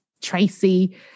tracy